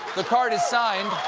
the card is signed